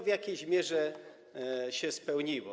W jakiejś mierze się to spełniło.